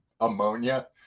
ammonia